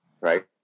right